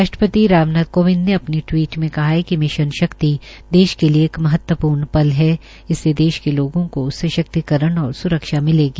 राष्ट्रपति राम नाथ कोविंद ने अपने टीवट में कहा है कि मिशन शक्ति देश के लिये एक महत्वपूर्ण पल है इससे देश के लोगों को शक्तिकरण और स्रक्षा मिलेगी